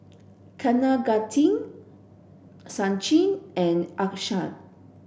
Kaneganti Sachin and Akshay